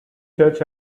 church